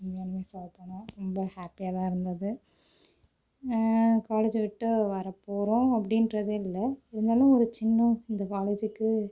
உண்மையாகவே சொல்லப்போனால் ரொம்ப ஹாப்பியாக தான் இருந்தது காலேஜ் விட்டு வரப் போகிறோம் அப்படின்றது இல்லை இருந்தாலும் ஒரு சின்ன இந்த காலேஜுக்கு